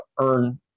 earn